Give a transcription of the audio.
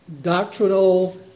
doctrinal